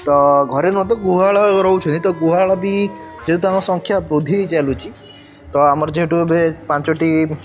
ତ ଘରେ ନୁହଁ ତ ଗୁହାଳ ରହୁଛ ତ ଗୁହାଳ ବି ଯେହେତୁ ତାଙ୍କ ସଂଖ୍ୟା ବୃଦ୍ଧି ହେଇ ଚାଲୁଛି ତ ଆମର ଯେହେତୁ ଏବେ ପାଞ୍ଚଟି